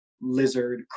lizard